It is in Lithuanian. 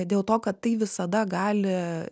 dėl to kad tai visada gali